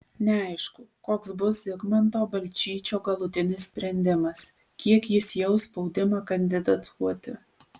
neaišku koks bus zigmanto balčyčio galutinis sprendimas kiek jis jaus spaudimą kandidatuoti